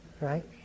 right